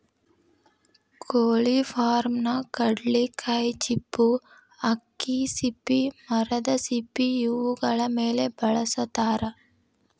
ಕೊಳಿ ಫಾರ್ಮನ್ಯಾಗ ಕಡ್ಲಿಕಾಯಿ ಚಿಪ್ಪು ಅಕ್ಕಿ ಸಿಪ್ಪಿ ಮರದ ಸಿಪ್ಪಿ ಇವುಗಳ ಮೇಲೆ ಬೆಳಸತಾರ